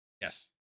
Yes